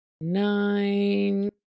nine